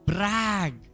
Brag